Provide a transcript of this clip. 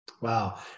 Wow